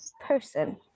person